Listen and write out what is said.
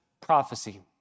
prophecy